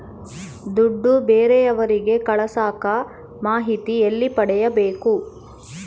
ದುಡ್ಡು ಬೇರೆಯವರಿಗೆ ಕಳಸಾಕ ಮಾಹಿತಿ ಎಲ್ಲಿ ಪಡೆಯಬೇಕು?